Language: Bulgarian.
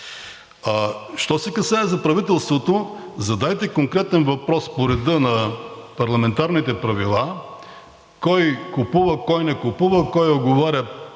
Що се касае за правителството, задайте конкретен въпрос по реда на парламентарните правила – кой купува, кой не купува, кой уговаря народни